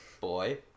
boy